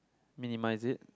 minimize it